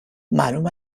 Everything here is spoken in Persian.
معلوم